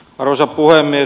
arvoisa puhemies